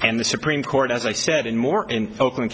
and the supreme court as i said in more in oakland